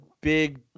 big